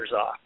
off